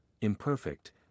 imperfect